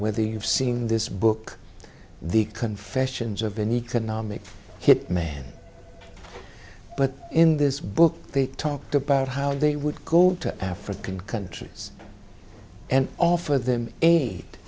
whether you've seen this book the confessions of an economic hit man but in this book they talked about how they would go to african countries and offer them